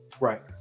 right